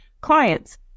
clients